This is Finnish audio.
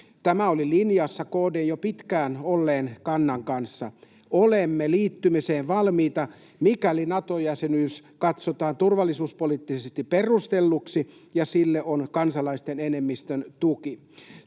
Tämä oli linjassa KD:n jo pitkään olleen kannan kanssa. Olemme liittymiseen valmiita, mikäli Nato-jäsenyys katsotaan turvallisuuspoliittisesti perustelluksi ja sille on kansalaisten enemmistön tuki.